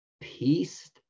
peace